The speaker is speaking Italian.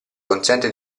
consente